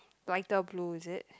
lighter blue is it